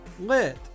lit